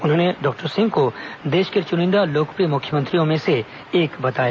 उन्होंने डॉक्टर सिंह को देश के चुनिंदा लोकप्रिय मुख्यमंत्रियों में से एक बताया